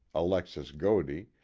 alexis godey,